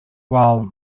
while